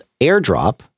airdrop